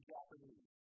Japanese